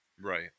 Right